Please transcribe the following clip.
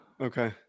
Okay